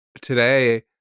today